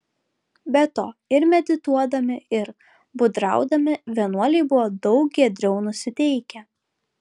be to ir medituodami ir būdraudami vienuoliai buvo daug giedriau nusiteikę